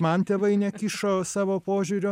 man tėvai nekišo savo požiūrio